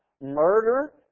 murder